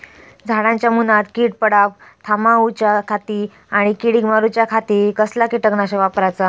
झाडांच्या मूनात कीड पडाप थामाउच्या खाती आणि किडीक मारूच्याखाती कसला किटकनाशक वापराचा?